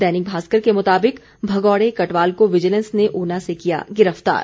दैनिक भास्कर के मुताबिक भगौड़े कटवाल को विजिलेंस ने ऊना से किया गिरफ्तार